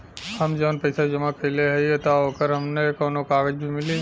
हम जवन पैसा जमा कइले हई त ओकर हमके कौनो कागज भी मिली?